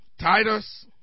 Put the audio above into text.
Titus